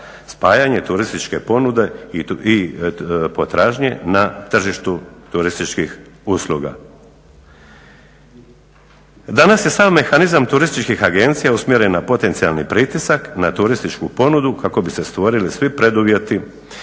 spajanje turističke ponude i potražnje na tržištu turističkih usluga. Danas je sam mehanizam turističkih agencija usmjerena na potencijalni pritisak, na turističku ponudu kako bi se stvorili svi preduvjeti